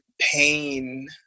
pain